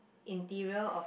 interior of